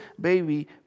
baby